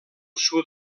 sud